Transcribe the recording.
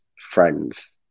friends